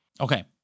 Okay